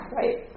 right